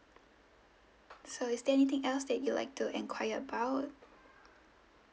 so is there anything else that you'll like to enquire about